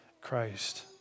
Christ